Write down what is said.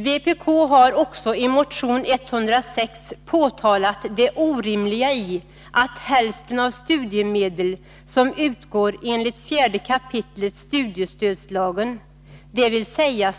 Vpk har också i motion 106 påtalat det orimliga i att hälften av studiemedel som utgår enligt 4 kap. studiestödslagen, dvs.